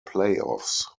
playoffs